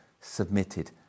submitted